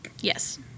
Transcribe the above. Yes